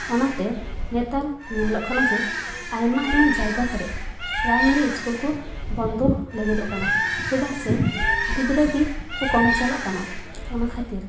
ᱚᱱᱟᱛᱮ ᱱᱮᱛᱟᱨ ᱧᱮᱞᱚᱜ ᱠᱟᱱᱟ ᱡᱮ ᱟᱭᱢᱟ ᱟᱭᱢᱟ ᱡᱟᱭᱜᱟ ᱠᱚᱨᱮᱜ ᱯᱨᱟᱭᱢᱟᱨᱤ ᱤᱥᱠᱩᱞ ᱠᱚ ᱵᱚᱱᱫᱚ ᱞᱟ ᱜᱤᱫᱚᱜ ᱠᱟᱱᱟ ᱪᱮᱫᱟᱜ ᱥᱮ ᱜᱤᱫᱽᱨᱟᱹᱜᱮ ᱠᱚ ᱠᱚᱢ ᱪᱟᱞᱟᱜ ᱠᱟᱱᱟ ᱚᱱᱟ ᱠᱷᱟᱹᱛᱤᱨ